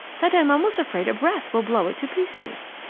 that i'm almost afraid a breath will blow it to pieces.